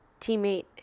teammate